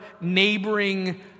neighboring